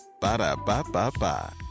Ba-da-ba-ba-ba